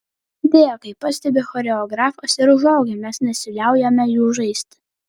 deja kaip pastebi choreografas ir užaugę mes nesiliaujame jų žaisti